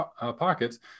pockets